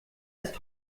ist